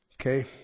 okay